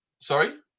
Sorry